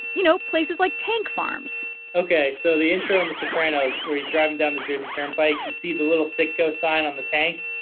you know, places like tank farms ok. so the intro on the sopranos where he's driving down the jersey turnpike turnpike you see the little citgo sign on the tank.